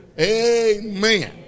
Amen